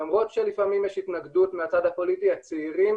למרות שיש לפעמים התנגדות מהצד הפוליטי הצעירים